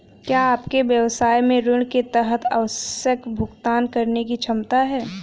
क्या आपके व्यवसाय में ऋण के तहत आवश्यक भुगतान करने की क्षमता है?